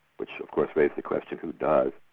which of course they sequestered who does.